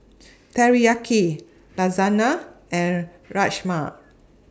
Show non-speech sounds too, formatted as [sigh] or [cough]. [noise] Teriyaki Lasagna and [noise] Rajma